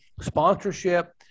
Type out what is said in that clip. Sponsorship